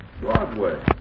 Broadway